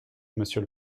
monsieur